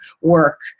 work